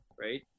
right